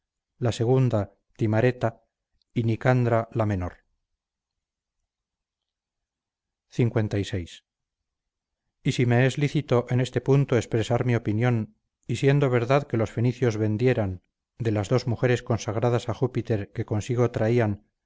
la segunda timareta y nicandra la menor lvi y si me es lícito en este punto expresar mi opinión y siendo verdad que los fenicios vendieran de las dos mujeres consagradas a júpiter que consigo traían